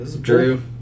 Drew